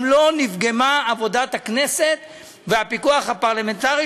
גם לא נפגמה עבודת הכנסת והפיקוח הפרלמנטרי,